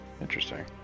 interesting